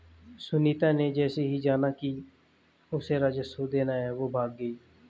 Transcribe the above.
सुनीता ने जैसे ही जाना कि उसे राजस्व देना है वो भाग गई